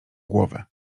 głowę